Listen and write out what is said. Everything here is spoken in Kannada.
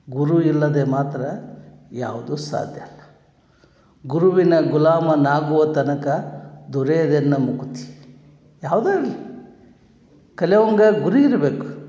ಗುರು ಇಲ್ಲದೆ ಮಾತ್ರ ಯಾವುದು ಸಾಧ್ಯ ಇಲ್ಲ ಗುರುವಿನ ಗುಲಾಮನಾಗುವ ತನಕ ದೊರೆಯದೆನ್ನ ಮುಕುತಿ ಯಾವ್ದು ಇರಲಿ ಕಲ್ಯವಂಗ ಗುರಿ ಇರ್ಬೇಕು